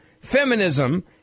feminism